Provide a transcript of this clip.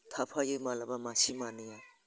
थाफायो माब्लाबा मासे मानै